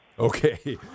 Okay